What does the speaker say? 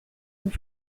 and